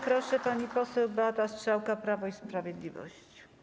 Proszę, pani poseł Beata Strzałka, Prawo i Sprawiedliwość.